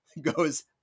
goes